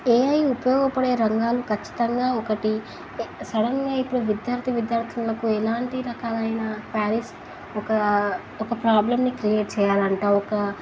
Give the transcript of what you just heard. AI ఉపయోగపడే రంగాలు ఖచ్చితంగా ఒకటి సడన్గా ఇప్పుడు విద్యార్థి విద్యార్థులకు ఎలాంటి రకాలైన ప్యారిస్ ఒక ఒక ప్రాబ్లంని క్రియేట్ చేయాలంట ఒక